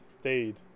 stayed